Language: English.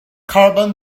carbon